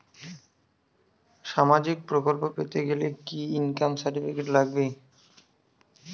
সামাজীক প্রকল্প পেতে গেলে কি ইনকাম সার্টিফিকেট লাগবে?